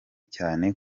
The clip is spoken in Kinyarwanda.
cyane